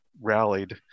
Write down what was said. rallied